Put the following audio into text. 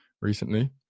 recently